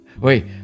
Wait